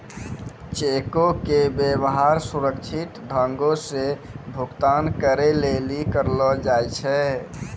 चेको के व्यवहार सुरक्षित ढंगो से भुगतान करै लेली करलो जाय छै